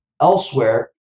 elsewhere